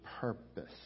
purpose